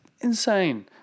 insane